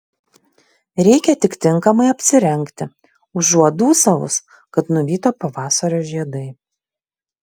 reikia tik tinkamai apsirengti užuot dūsavus kad nuvyto pavasario žiedai